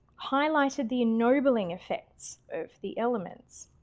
highlighted the ennobling effects of the eements.